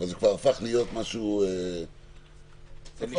אבל זה כבר הפך להיות משהו --- זה נשחק עם הזמן.